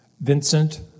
Vincent